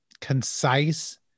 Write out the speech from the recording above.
concise